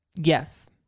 Yes